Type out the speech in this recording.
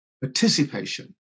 participation